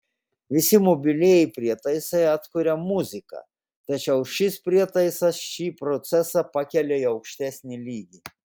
visi mobilieji prietaisai atkuria muziką tačiau šis prietaisas šį procesą pakelia į aukštesnį lygį